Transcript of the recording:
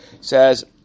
says